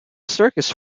circus